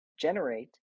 generate